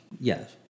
Yes